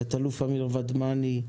תא"ל אמיר ודמני,